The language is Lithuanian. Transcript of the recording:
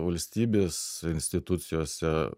valstybės institucijose